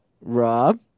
rob